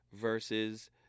versus